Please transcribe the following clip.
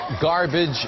garbage